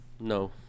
No